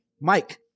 Mike